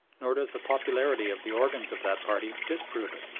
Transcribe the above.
nor does the popularity of the organs of that party disprove it.